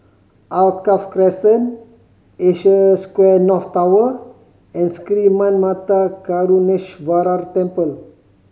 Alkaff Crescent Asia Square North Tower and Sri Manmatha Karuneshvarar Temple